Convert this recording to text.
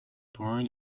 born